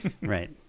Right